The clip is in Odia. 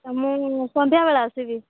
ହଉ ମୁଁ ସନ୍ଧ୍ୟାବେଳେ ଆସିବି